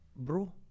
Bro